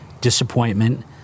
disappointment